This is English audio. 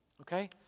Okay